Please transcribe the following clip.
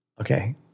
okay